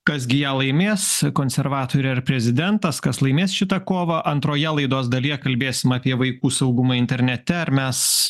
kas gi ją laimės konservatoriai ar prezidentas kas laimės šitą kovą antroje laidos dalyje kalbėsim apie vaikų saugumą internete ar mes